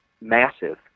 massive